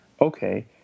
okay